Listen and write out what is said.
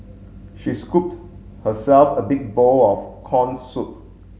she scooped herself a big bowl of corn soup